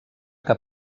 que